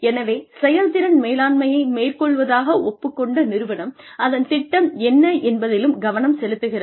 எனவே செயல்திறன் மேலாண்மையை மேற்கொள்வதாக ஒப்புக் கொண்ட நிறுவனம் அதன் திட்டம் என்ன என்பதிலும் கவனம் செலுத்துகிறது